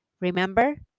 remember